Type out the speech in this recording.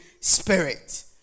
Spirit